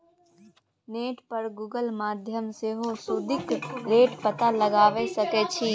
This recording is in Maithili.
नेट पर गुगल माध्यमसँ सेहो सुदिक रेट पता लगाए सकै छी